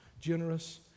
generous